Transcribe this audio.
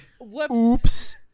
whoops